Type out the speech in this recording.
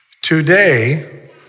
Today